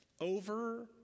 Over